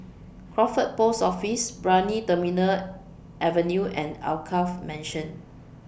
Crawford Post Office Brani Terminal Avenue and Alkaff Mansion